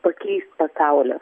pakeist pasaulį